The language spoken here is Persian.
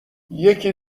یکی